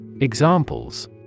Examples